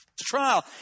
trial